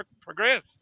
progress